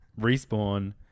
Respawn